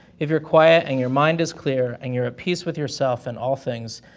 if you're quiet and your mind is clear and you're a peace with yourself and all things,